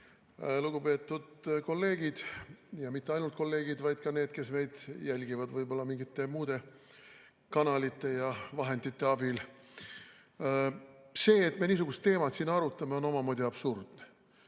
Lugupeetud kolleegid ja mitte ainult kolleegid, vaid ka need, kes meid jälgivad võib-olla mingite muude kanalite ja vahendite abil! See, et me niisugust teemat siin arutame, on omamoodi absurdne.